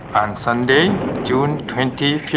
on sunday june twenty